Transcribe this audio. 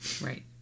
Right